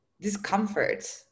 discomfort